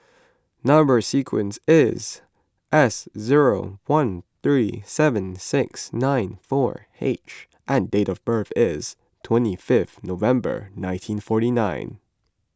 Number Sequence is S zero one three seven six nine four H and date of birth is twenty fifth November nineteen forty nine